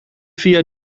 via